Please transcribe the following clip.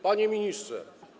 Panie Ministrze!